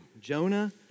Jonah